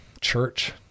Church